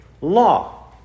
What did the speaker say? law